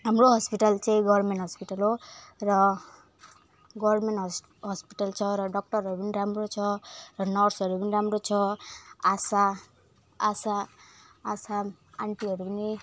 हाम्रो हस्पिटल चाहिँ government hospital हो र गभर्नमेन्ट होस् हस्पिटल छ र डक्टरहरू पनि राम्रो छ र नर्सहरू पनि राम्रो छ आशा आशा आशा आन्टीहरू पनि